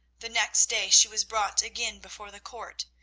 the next day she was brought again before the court.